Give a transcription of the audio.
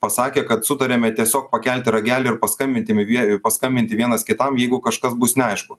pasakė kad sutariame tiesiog pakelti ragelį ir paskambinti vie paskambinti vienas kitam jeigu kažkas bus neaišku